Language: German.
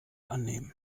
annehmen